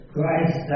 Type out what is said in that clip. Christ